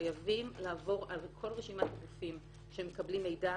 חייבים לעבור על כל רשימת הגופים שמקבלים מידע